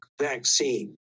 vaccine